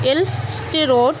road